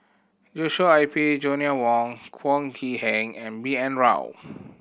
Joshua Ip Joanna Wong Heng and B N Rao